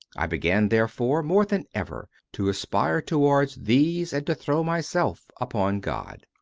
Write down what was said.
i began, there fore, more than ever to aspire towards these and to throw myself upon god.